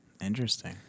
Interesting